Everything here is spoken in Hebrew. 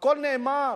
שהכול נאמר.